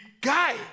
guy